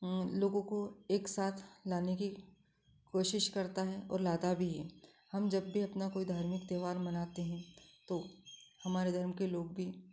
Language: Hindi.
लोगों को एक साथ लाने की कोशिश करता है और लाता भी है हम जब भी अपना कोई धार्मिक त्योहार मनाते हैं तो हमारे धर्म के लोग भी